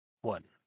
one